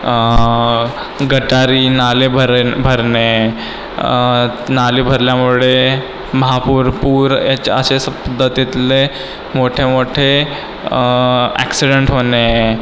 गटारी नाले भर भरणे नाले भरल्यामुळे महापूर पूर याचे अशेच द तिथले मोठे मोठे ॲक्सिडेंट होणे